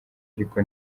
ariko